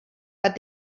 but